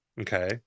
okay